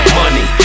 money